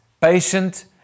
Patient